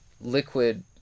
liquid